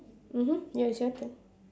mmhmm ya it's your turn